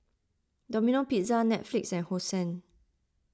Domino Pizza Netflix and Hosen